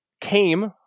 came